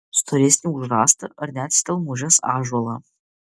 storesnį už rąstą ar net stelmužės ąžuolą